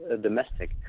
Domestic